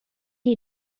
you